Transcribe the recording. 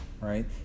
right